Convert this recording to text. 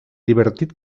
divertit